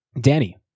Danny